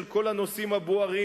על כל הנושאים הבוערים,